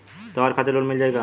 त्योहार खातिर लोन मिल जाई का?